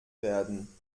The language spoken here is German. werden